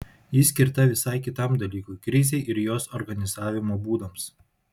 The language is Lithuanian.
ji skirta visai kitam dalykui krizei ir jos organizavimo būdams